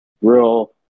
Real